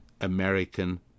American